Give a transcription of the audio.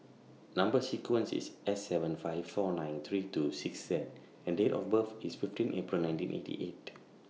Number sequence IS S seven five four nine three two six Z and Date of birth IS fifteen April nineteen eighty eight